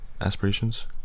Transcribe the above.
aspirations